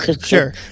Sure